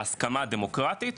ההסכמה הדמוקרטית,